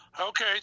Okay